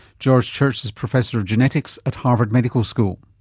george church is professor of genetics at harvard medical school.